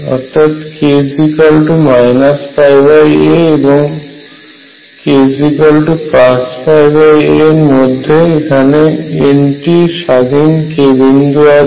অর্থাৎ k a এবং k a এর মধ্যে এখানে N টি স্বাধীন k বিন্দু আছে